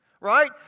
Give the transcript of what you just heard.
right